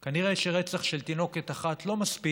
כנראה רצח של תינוקת אחת לא מספיק,